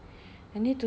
I need to